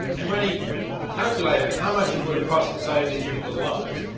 and when he calculated how much it would have cost to save these people's lives,